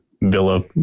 villa